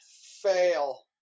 Fail